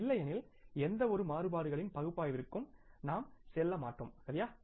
இல்லையெனில் எந்தவொரு மாறுபாடுகளின் பகுப்பாய்விற்கும் நாம் செல்ல மாட்டோம் சரியா